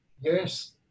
yes